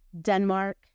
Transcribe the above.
Denmark